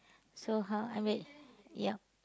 so how I m~ yup